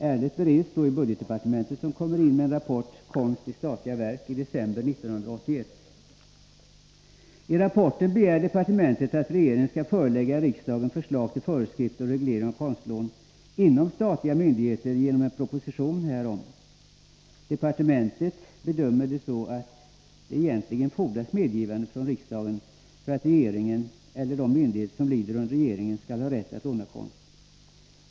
Ärendet bereds i budgetdepartementet, som i december 1981 kommer in med en rapport, Konst i statliga verk. I rapporten begär departementet att regeringen skall förelägga riksdagen förslag till föreskrifter och regleringar av konstlån inom statliga myndigheter genom en proposition härom. Departementet bedömer det så att det egentligen fordras medgivande från riksdagen för att regeringen eller de myndigheter som lyder under regeringen skall ha rätt att låna konst.